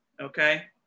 Okay